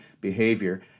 behavior